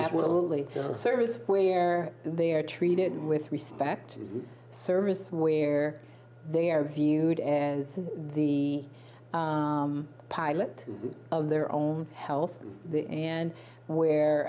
absolutely service where they are treated with respect service where they are viewed as the pilot of their own health and